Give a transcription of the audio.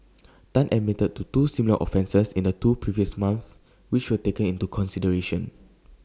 Tan admitted to two similar offences in the two previous months which were taken into consideration